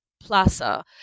plaza